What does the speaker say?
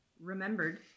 Remembered